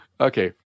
Okay